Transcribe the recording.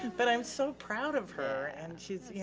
and but i'm so proud of her and she's, you know,